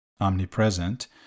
omnipresent—